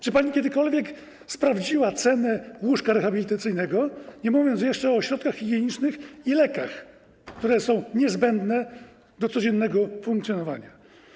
Czy pani kiedykolwiek sprawdziła cenę łóżka rehabilitacyjnego, nie mówiąc o środkach higienicznych i lekach, które są niezbędne do codziennego funkcjonowania?